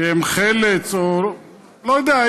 שהן חל"צ או לא יודע,